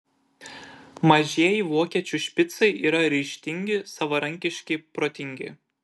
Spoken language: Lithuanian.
mažieji vokiečių špicai yra ryžtingi savarankiški protingi